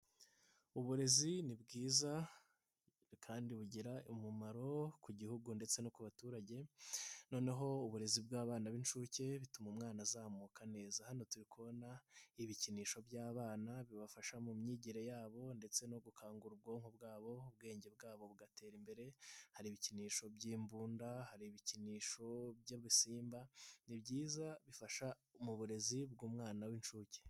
Uburezi ni bwiza kandi bugira umumaro ku gihugu ndetse no ku baturage, noneho uburezi bw'abana b'incuke bituma umwana azamuka neza. Hano turi kubona ibikinisho by'abana bibafasha mu myigire yabo ndetse no gukangura ubwonko bwabo, ubwenge bwabo bugatera imbere. Hari ibikinisho by'imbunda, hari ibikinisho by'ibisimba. Nibyiza kuko bifasha mu burezi bw'umwana w'incuke.